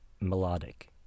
melodic